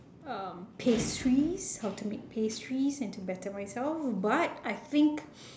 um pastries how to make pastries and to better myself but I think